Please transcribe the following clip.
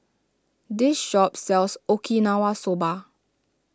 this shop sells Okinawa Soba